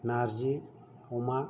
नार्जि अमा